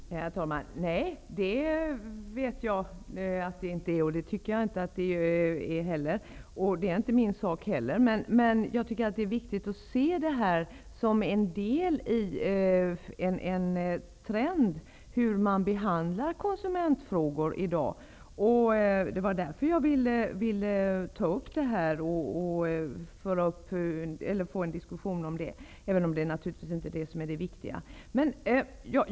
Herr talman! Jag vet att det inte är civilministerns uppgift, och det tycker jag inte heller att det skall vara. Det är inte heller min uppgift. Men jag anser att det är viktigt att se det som en del i en trend hur man behandlar konsumentfrågorna i dag. Det var därför som jag ville ta upp detta och få en diskussion om det, även om det naturligtvis inte är detta som är det viktiga.